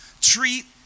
treat